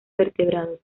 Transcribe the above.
vertebrados